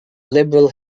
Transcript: liberal